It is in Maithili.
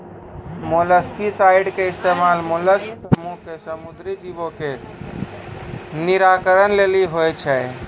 मोलस्कीसाइड के इस्तेमाल मोलास्क समूहो के समुद्री जीवो के निराकरण लेली होय छै